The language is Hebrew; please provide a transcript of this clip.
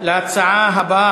37,